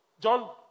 John